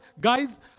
guys